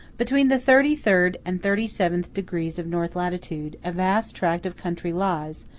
between the thirty-third and thirty-seventh degrees of north latitude, a vast tract of country lies,